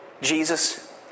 Jesus